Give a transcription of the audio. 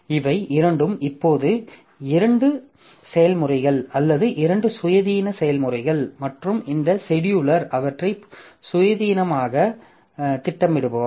இவை இரண்டும் இப்போது இரண்டு செயல்முறைகள் அல்லது இரண்டு சுயாதீன செயல்முறைகள் மற்றும் இந்த செடியூலர் அவற்றை சுயாதீனமாக திட்டமிடுவார்